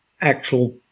actual